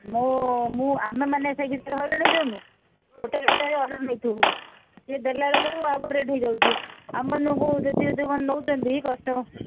ମୁଁ ମୁଁ ଆମେମାନେ ସେଇ ବିଷୟରେ ହଇରାଣ ହୋଇଯାଉନୁ ଗୋଟେ ରେଟ୍ରେ ଭାଇ ଅର୍ଡର୍ ନେଇଥିବୁ ସିଏ ଦେଲାବେଳକୁ ଆଉ ଗୋଟେ ରେଟ୍ ହୋଇଯାଉଛି ଆମମାନଙ୍କୁ ଯେତିକି ଯୋଉମାନେ ନେଉଛନ୍ତି କଷ୍ଟମର୍